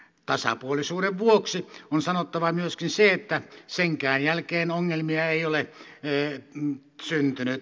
tasapuolisuuden vuoksi on sanottava myöskin se että senkään jälkeen ongelmia ei ole syntynyt